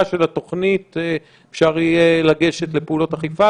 של התוכנית אפשר יהיה לגשת לפעולות אכיפה,